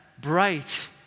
bright